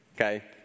okay